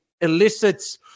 elicits